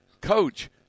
Coach